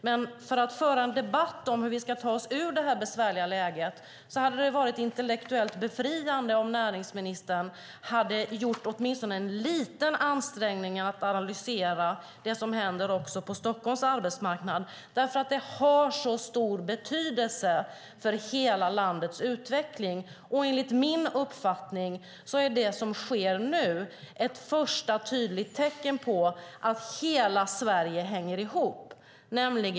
Men för att föra en debatt om hur vi ska ta oss ur detta besvärliga läge hade det varit intellektuellt befriande om näringsministern hade gjort åtminstone en liten ansträngning att analysera det som händer också på Stockholms arbetsmarknad därför att det har så stor betydelse för hela landets utveckling. Enligt min uppfattning är det som sker nu ett första tydligt tecken på att hela Sverige hänger ihop.